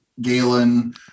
Galen